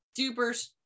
duper